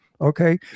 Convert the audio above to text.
okay